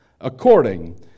according